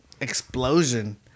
explosion